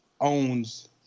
owns